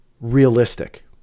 realistic